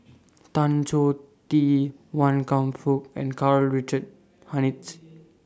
Tan Choh Tee Wan Kam Fook and Karl Richard Hanitsch